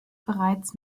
bereits